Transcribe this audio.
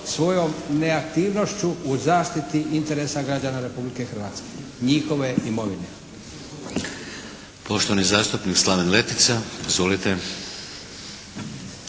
svojom neaktivnošću u zaštiti interesa građana Republike Hrvatske. Njihove imovine.